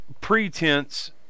pretense